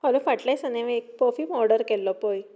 हांवें फाटल्या दिसांनी हांवें एक पर्फ्यूम ऑर्डर केल्लो पळय